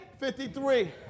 53